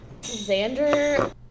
Xander